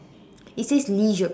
it says Leisure Park